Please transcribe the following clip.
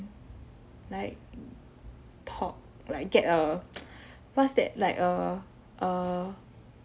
like talk like get a what's that like a a